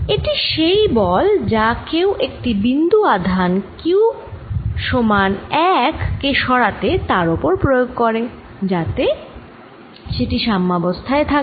এটি সেই বল যা কেউ একটি বিন্দু আধান q সমান 1 কে সরাতে তার ওপর প্রয়োগ করে যাতে সেটি সাম্যাবস্থায় থাকে